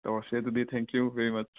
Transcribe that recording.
ꯑꯣ ꯁꯦ ꯑꯗꯨꯗꯤ ꯊꯦꯡꯀ꯭ꯌꯨ ꯕꯦꯔꯤ ꯃꯁ